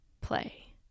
play